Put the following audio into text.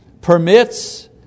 permits